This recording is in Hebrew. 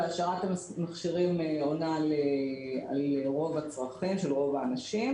השארת המכשירים עונה על רוב הצרכים של רוב האנשים,